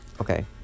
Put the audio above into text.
Okay